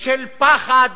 של פחד